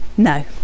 No